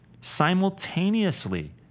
simultaneously